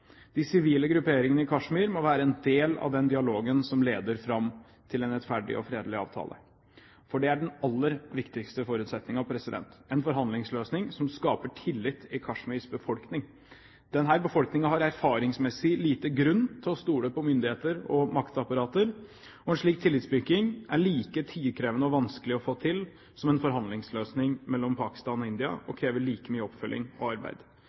De sivile grupperingene i Kashmir må være en del av den dialogen som leder fram til en rettferdig og fredelig avtale, for det er den aller viktigste forutsetningen – en forhandlingsløsning som skaper tillit i Kashmirs befolkning. Denne befolkningen har erfaringsmessig liten grunn til å stole på myndigheter og maktapparat. En slik tillitsbygging er like tidkrevende og vanskelig å få til som en forhandlingsløsning mellom Pakistan og India og krever like mye oppfølging og arbeid.